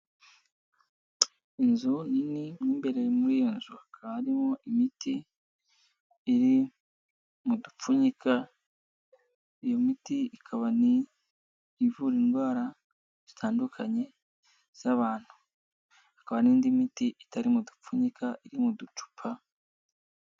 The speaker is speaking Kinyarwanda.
Inzu nini, mo imbere muri iyo nzu hakaba harimo imiti iri mu dupfunyika, iyo miti ikaba ivura indwara zitandukanye z'abantu, hakaba n'indi miti itari mu dupfunyika iri mu ducupa.